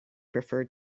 preferred